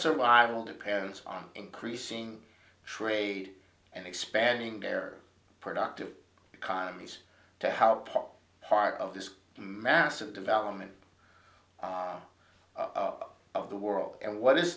survival depends on increasing trade and expanding their productive economies to how paul part of this massive development of of the world and what is